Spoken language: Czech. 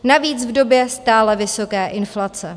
Navíc v době stále vysoké inflace.